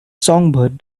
songbird